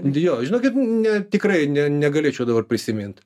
jo žinokit ne tikrai ne negalėčiau dabar prisimint